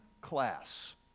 class